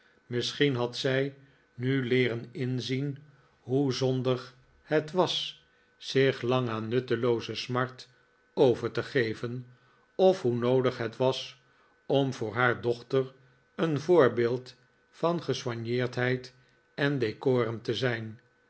misschien had zij nu leeren inzien hoe zondig het was zich lang aan nuttelooze smart over te geven of hoe noodig het was om voor haar dochter een voorbeeld van gesoigneerdheid en decorum te zijn